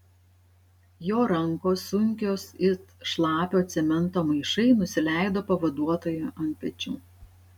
jo rankos sunkios it šlapio cemento maišai nusileido pavaduotojui ant pečių